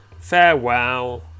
farewell